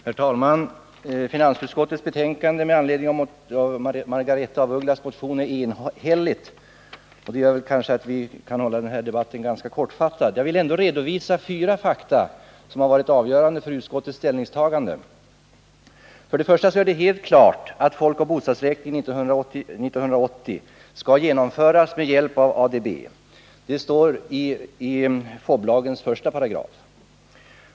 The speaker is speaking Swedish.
Herr talman! Finansutskottets betänkande med anledning av Margaretha af Ugglas motion är enhälligt. Det gör kanske att vi kan hålla denna debatt ganska kortfattad. Jag vill ändå redovisa fyra fakta som har varit avgörande för utskottets ställningstagande. För det första är det helt klart att folkoch bostadsräkningen 1980 skall genomföras med hjälp av ADB. Det står i FoB-lagens 1 §.